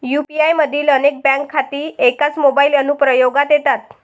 UPI मधील अनेक bank खाती एकाच मोबाइल अनुप्रयोगात येतात